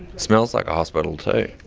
smells like a hospital too.